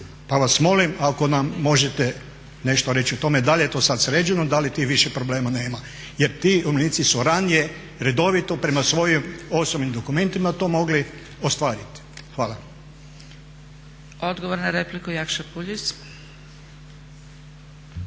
Pa vas molim ako nam možete nešto reći o tome da li je to sad sređeno, da li tih više problema nema? Jer ti umirovljenici su ranije redovito prema svojim osobnim dokumentima to mogli ostvariti. Hvala. **Zgrebec, Dragica